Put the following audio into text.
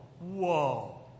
Whoa